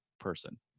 person